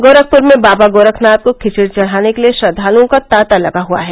गोरखपुर में बाबा गोरखनाथ को खिचड़ी चढ़ाने के लिए श्रद्वालुओं का तांता लगा हुआ है